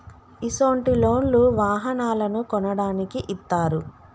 ఇసొంటి లోన్లు వాహనాలను కొనడానికి ఇత్తారు